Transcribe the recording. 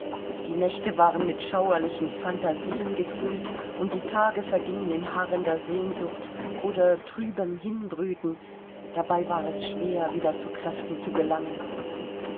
die nächte waren mit schauerlichen phantasien gefüllt und die tage vergingen in harrender sehnsucht oder trübem hinbrüten dabei war es schwer wieder zu kräften zu gelangen